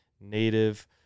native